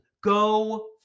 Go